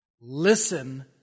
listen